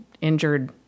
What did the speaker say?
injured